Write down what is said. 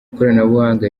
ikoranabuhanga